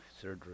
surgery